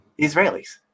Israelis